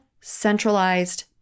centralized